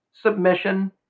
submission